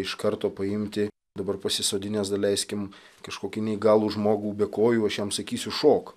iš karto paimti dabar pasisodinęs daleiskim kažkokį neįgalų žmogų be kojų aš jam sakysiu šok